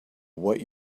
what